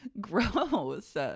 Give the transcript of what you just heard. Gross